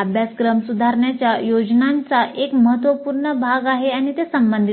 अभ्यासक्रम सुधारण्याच्या योजनांचा एक महत्त्वपूर्ण भाग आहे आणि ते संबंधित राहतील